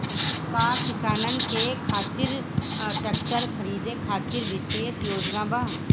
का किसानन के खातिर ट्रैक्टर खरीदे खातिर विशेष योजनाएं बा?